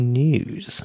news